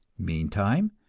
meantime,